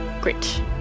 Great